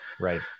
Right